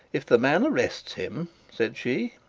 if the man arrests him said she,